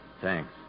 Thanks